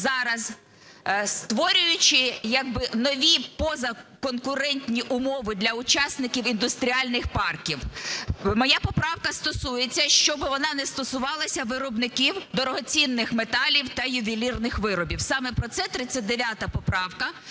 Зараз, створюючи як би нові, позаконкурентні, умови для учасників індустріальних парків, моя поправка стосується, щоби вона не стосувалася виробників дорогоцінних металів та ювелірних виробів. Саме про це 39 поправка.